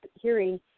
hearing